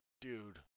dude